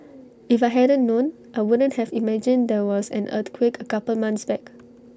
if I hadn't known I wouldn't have imagined there was an earthquake A couple months back